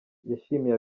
yashimiye